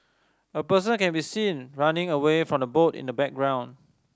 a person can be seen running away from the boat in the background